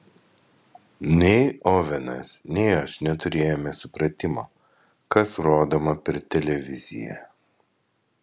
nei ovenas nei aš neturėjome supratimo kas rodoma per televiziją